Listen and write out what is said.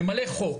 ממלא חוק,